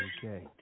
Okay